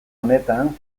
honetan